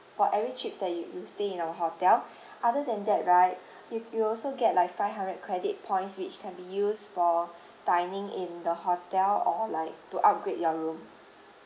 for every trips that you you stay in our hotel other than that right you you also get like five hundred credit points which can be used for dining in the hotel or like to upgrade your room